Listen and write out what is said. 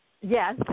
yes